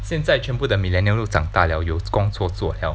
现在全部的 millennials 都长大了有工作做 liao